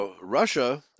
Russia